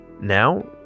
Now